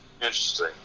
Interesting